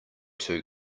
two